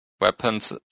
weapons